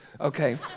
okay